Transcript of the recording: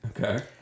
Okay